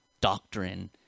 doctrine